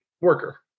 worker